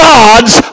God's